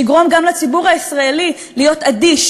שיגרום גם לציבור הישראלי להיות אדיש